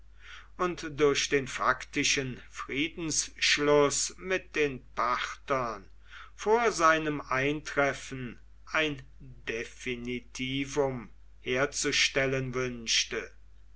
und durch den faktischen friedensschluß mit den parthern vor seinem eintreffen ein definitivum herzustellen wünschte